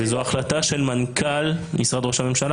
וזו החלטה של מנכ"ל משרד ראש הממשלה?